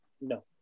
No